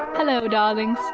hello darlings,